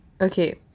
Okay